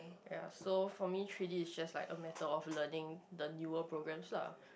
ya so for me three-D is just like a matter of learning the newer programs lah